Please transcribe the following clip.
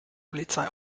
polizei